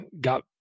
got